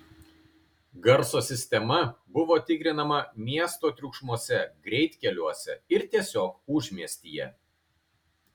garso sistema buvo tikrinama miesto triukšmuose greitkeliuose ir tiesiog užmiestyje